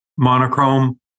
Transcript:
Monochrome